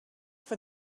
for